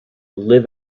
live